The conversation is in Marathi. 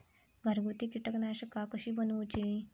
घरगुती कीटकनाशका कशी बनवूची?